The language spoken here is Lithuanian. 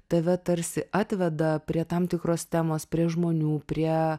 tave tarsi atveda prie tam tikros temos prie žmonių prie